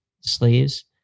sleeves